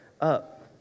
up